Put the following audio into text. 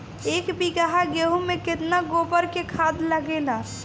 एक बीगहा गेहूं में केतना गोबर के खाद लागेला?